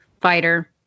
fighter